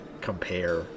compare